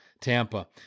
tampa